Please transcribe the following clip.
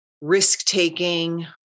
risk-taking